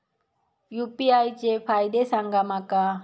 UPI चे फायदे सांगा माका?